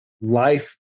life